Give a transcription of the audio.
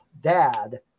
dad